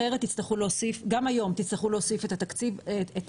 אחרת תצטרכו להוסיף, גם היום, את הכסף